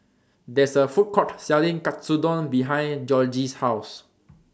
There IS A Food Court Selling Katsudon behind Georgie's House